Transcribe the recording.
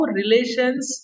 relations